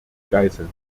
geiseln